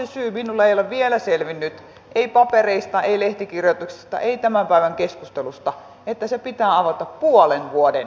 minulle ei ole vielä selvinnyt ei papereista ei lehtikirjoituksista ei tämän päivän keskustelusta miksi se pitää avata puolen vuoden jälkeen